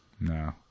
No